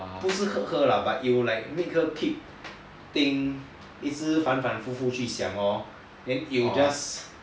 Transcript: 不是 hurt her but it will like make her keep think 一直反反复复去想 hor then it would just